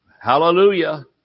Hallelujah